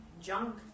junk